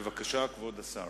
בבקשה, כבוד השר.